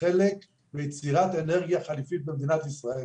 חלק ביצירת אנרגיה חליפית במדינת ישראל,